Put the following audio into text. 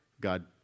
God